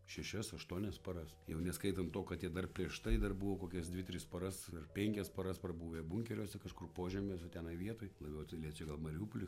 šešias aštuonias paras jau neskaitant to kad jie dar prieš tai dar buvo kokias dvi tris paras ar penkias paras prabuvę bunkeriuose kažkur požemiuose tenai vietoj labiau tai liečia gal mariupolį